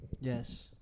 Yes